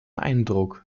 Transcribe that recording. eindruck